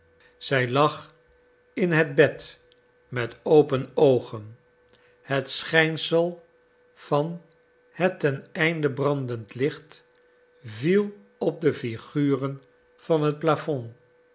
zij lag in het bed met open oogen het schijnsel van het ten einde brandend licht viel op de figuren van het plafond